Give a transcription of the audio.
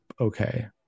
okay